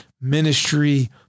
ministry